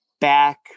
back